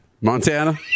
Montana